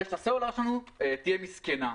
רשת הסלולר שלנו תהיה מסכנה,